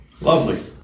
Lovely